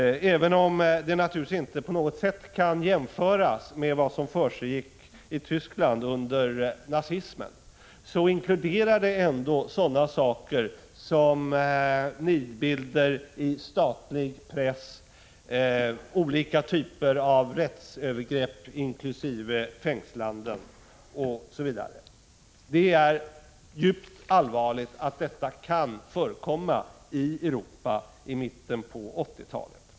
Även om det hela naturligtvis inte på något sätt kan jämföras med vad som försiggick i Tyskland under nazismen, omfattar trakasserierna ändå sådana saker som nidbilder i statlig press, olika typer av rättsövergrepp, inkl. fängslanden, osv. Det är djupt allvarligt att detta kan förekomma i Europa i mitten på 1980-talet.